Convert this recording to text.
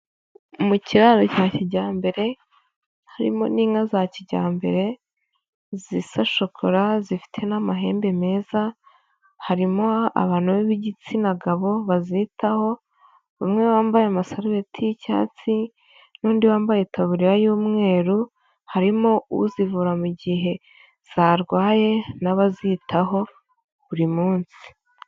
Mu kiraro cya kijyambere harimo n’inka za kijyambere zisa n’ishokora, zifite n’amahembe meza. Harimo abantu b’igitsina gabo bazitaho, umwe wambaye amasarubeti y’icyatsi n’undi wambaye itaburiya y’umweru. Harimo uzivura mu gihe zarwaye n’abazitaho buri munsi.